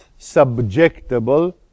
subjectable